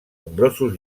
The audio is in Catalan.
nombrosos